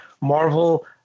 Marvel